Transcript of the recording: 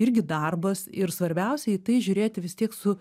irgi darbas ir svarbiausia į tai žiūrėti vis tiek su